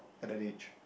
at that age